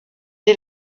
est